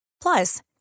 Plus